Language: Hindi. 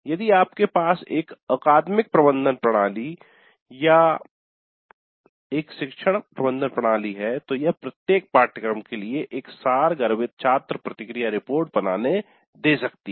यदि आपके पास एक अकादमिक प्रबंधन प्रणाली या एक शिक्षण प्रबंधन प्रणाली है तो यह प्रत्येक पाठ्यक्रम के लिए एक सारघर्भित छात्र प्रतिक्रिया रिपोर्ट बनाने दे सकती है